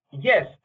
Yes